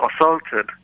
assaulted